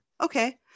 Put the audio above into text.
okay